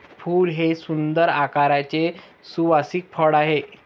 फूल हे सुंदर आकाराचे सुवासिक फळ आहे